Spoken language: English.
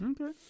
okay